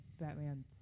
Batman